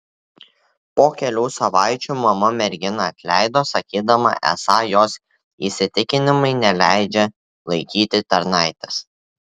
po kelių savaičių mama merginą atleido sakydama esą jos įsitikinimai neleidžią laikyti tarnaitės